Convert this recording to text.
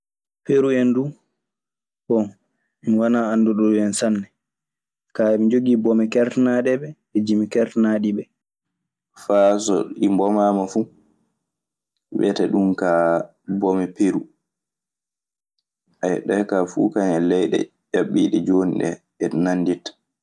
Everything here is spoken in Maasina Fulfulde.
Peru hen dun bon mi wana andu ɗo dun sanne ka heɓe jogi ɓomee kertanaɗeɓe e jimi kertanaɗiɓe. Faa so ɗi mbomaama fu, wiyete "Ɗun kaa bome Peru". ɓee kaa fuu kañun e leyɗe ƴaɓɓiiɗe jooni ɗee, iɗi nannditta.